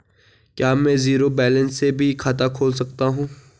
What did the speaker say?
क्या में zero balance से भी खाता खोल सकता हूँ?